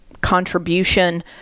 contribution